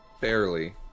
barely